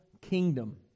kingdom